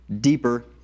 deeper